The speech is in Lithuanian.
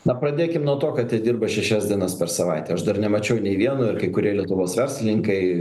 na pradėkim nuo to kad jie dirba šešias dienas per savaitę aš dar nemačiau nei vieno ir kai kurie lietuvos verslininkai